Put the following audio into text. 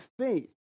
faith